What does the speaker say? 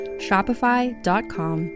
shopify.com